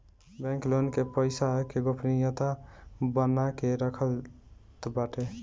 bank लोग के पईसा के गोपनीयता बना के रखत बाटे